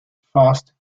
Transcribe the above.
fast